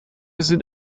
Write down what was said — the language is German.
sind